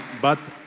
but